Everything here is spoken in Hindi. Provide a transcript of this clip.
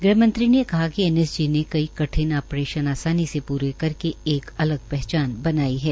गृह मंत्री ने कहा कि एनएसजी ने कई कठित आप्रेशन आसानी से पूरे करके एक अलग पहचान बनाई है